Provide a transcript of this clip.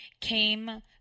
came